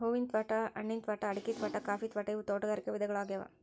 ಹೂವಿನ ತ್ವಾಟಾ, ಹಣ್ಣಿನ ತ್ವಾಟಾ, ಅಡಿಕಿ ತ್ವಾಟಾ, ಕಾಫಿ ತ್ವಾಟಾ ಇವು ತೋಟಗಾರಿಕ ವಿಧಗಳ್ಯಾಗ್ಯವು